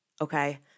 Okay